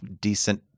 decent